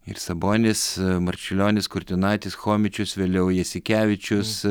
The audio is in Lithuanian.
ir sabonis marčiulionis kurtinaitis chomičius vėliau jasikevičius